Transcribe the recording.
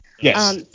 Yes